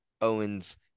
Owens